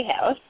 House